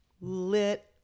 lit